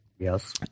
Yes